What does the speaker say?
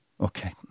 okay